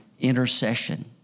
intercession